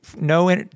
no